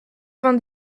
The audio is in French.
vingt